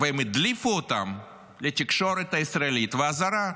והם הדליפו אותם לתקשורת הישראלית והזרה,